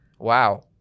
Wow